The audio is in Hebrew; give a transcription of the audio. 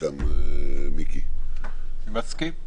אני מסכים.